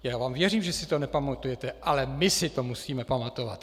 Já vám věřím, že si to nepamatujete, ale my si to musíme pamatovat!